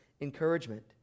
encouragement